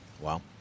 Wow